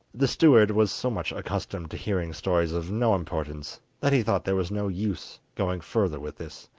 the steward was so much accustomed to hearing stories of no importance that he thought there was no use going further with this,